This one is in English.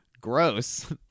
gross